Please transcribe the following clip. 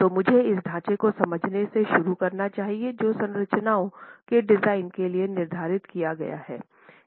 तो मुझे इस ढांचे को समझने से शुरू करना चाहिए जो संरचनाओं के डिजाइन के लिए निर्धारित किया गया है